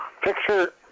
picture